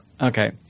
Okay